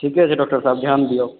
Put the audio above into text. ठीके छै डॉक्टर साहेब ध्यान दियौ